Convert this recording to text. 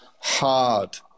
hard